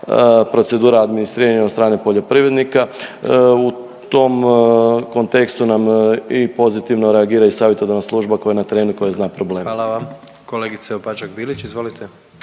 procedura administriranja od strane poljoprivrednika. U tom kontekstu nam i pozitivno reagira i savjetodavna služba koja je na terenu i koja zna probleme. **Jandroković, Gordan (HDZ)** Hvala vam. Kolegice Opačak Bilić, izvolite.